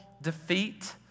Defeat